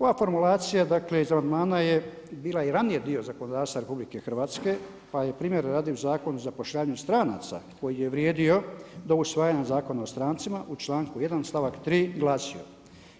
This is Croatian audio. Ova formulacija dakle iz amandmana je bila i ranije dio zakonodavstva RH pa je primjer … Zakonu zapošljavanju stranaca koji je vrijedio do usvajanja Zakona o strancima, u članku 1. stavak 3. glasio: